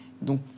Donc